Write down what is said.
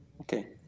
Okay